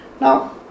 Now